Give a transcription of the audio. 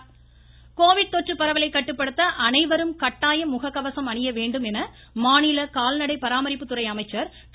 Udumalai Radhakrishnan Covid தொற்று பரவலை கட்டுப்படுத்த அனைவரும் கட்டாயம் முகக்கவசம் அணிய வேண்டும் என மாநில கால்நடை பராமரிப்புத்துறை அமைச்சர் திரு